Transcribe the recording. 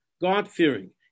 God-fearing